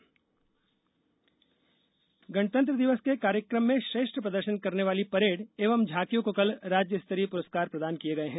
parade झांकियां पुरस्कृत गणतंत्र दिवस के कार्यक्रम में श्रेष्ठ प्रदर्शन करने वाली परेड एवं झांकियों को कल राज्य स्तरीय पुरस्कार प्रदान किए गए हैं